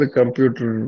computer